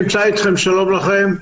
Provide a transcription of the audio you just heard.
אני נמצא איתכם, שלום לכם.